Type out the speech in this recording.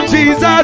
Jesus